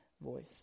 voice